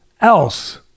else